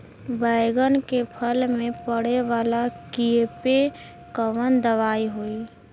बैगन के फल में पड़े वाला कियेपे कवन दवाई होई?